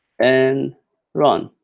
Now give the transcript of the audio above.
and run.